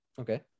Okay